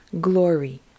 glory